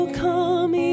come